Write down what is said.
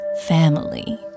family